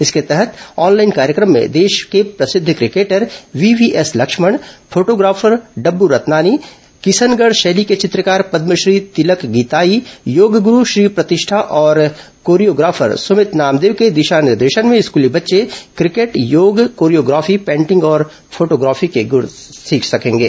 इसके तहत ऑनलाइन कार्यक्रम में देश को प्रसिद्ध cricketer VVS Laxman photographer Dabboo Ratnani Kishangarh शैली के चित्रकार पद्मश्री तिलक गीताई योग गुरू श्री प्रतिष्ठा और कोरियोग्राफर सुभित नामदेव के दिशा निर्देशन में स्कूली बच्चे क्रिकेट योग कोरियोग्राफी पेंटिंग और फोटोग्राफी के गुर सीख सकेंगे